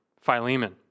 Philemon